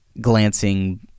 glancing